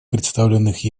представленных